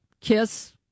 kiss